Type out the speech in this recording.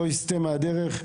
מנת שלא יסטה מהדרך,